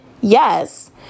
yes